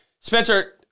Spencer